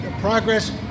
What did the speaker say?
progress